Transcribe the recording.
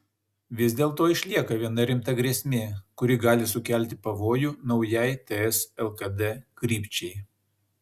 vis dėlto išlieka viena rimta grėsmė kuri gali sukelti pavojų naujai ts lkd krypčiai